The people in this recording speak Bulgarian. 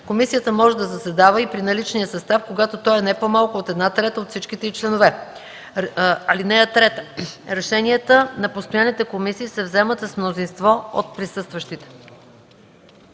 комисията може да заседава и при наличния състав, когато той е не по-малко от една трета от всичките й членове. (3) Решенията на постоянните комисии се вземат с мнозинство от присъстващите.”